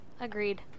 Agreed